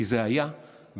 כי זה היה ונגמר.